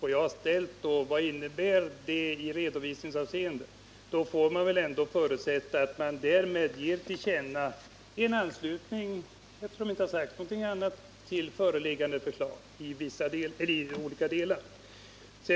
När man på min tidigare fråga vad detta innebär i redovisningsavseende inte sagt något annat, får jag väl ändå förutsätta att man därmed ger till känna en anslutning till föreliggande förslag i olika delar.